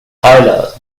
tyler